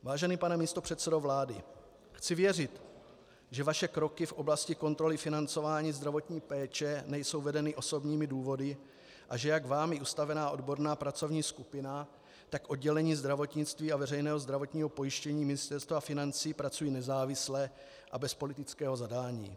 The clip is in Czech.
Vážený pane místopředsedo vlády, chci věřit, že vaše kroky v oblasti kontroly financování zdravotní péče nejsou vedeny osobními důvody a že jak vámi ustavená odborná pracovní skupiny, tak oddělení zdravotnictví a veřejného zdravotního pojištění Ministerstva financí pracují nezávisle a bez politického zadání.